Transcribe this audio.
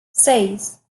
seis